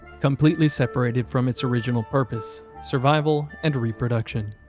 completely separated from its original purpose survival and reproduction.